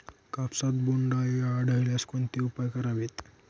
कापसात बोंडअळी आढळल्यास कोणते उपाय करावेत?